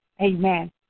Amen